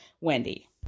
Wendy